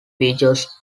beaches